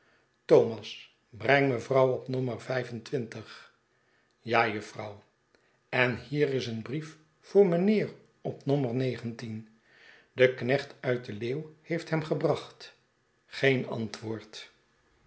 thomas breng mevrouw op nommer vijf en twintig ja jufvrouw en hier is een brief voor mijnheer op nommer negentien de knecht uit de leeuw heeft hem gebracht geen antwoord